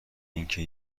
اینکه